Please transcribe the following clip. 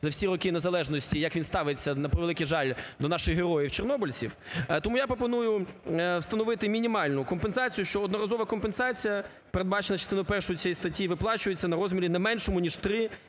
за всі роки незалежності, як він ставиться, на превеликий жаль, до наших героїв-чорнобильців. Тому я пропоную встановити мінімальну компенсацію, що одноразова компенсація, передбачена частиною першою цієї статті, виплачується у розмірі не меншому ніж три